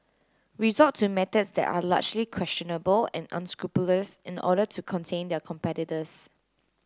resort to methods that are largely questionable and unscrupulous in order to contain their competitors